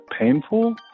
painful